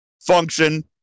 function